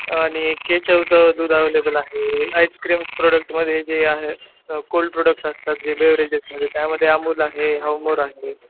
आणि एक आहे चौतं दूध अवेलेबल आहे आईस्क्रीम प्रोडक्टमध्ये जे आहे कोल्ड प्रोडक्टस असतात जे बेवरेजेसमध्ये त्यामध्ये अमूल आहे हाऊमोर आहे